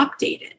updated